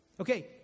Okay